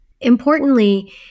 Importantly